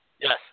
Yes